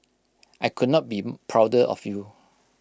I could not be prouder of you